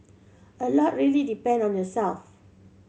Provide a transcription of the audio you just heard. a lot really depend on yourself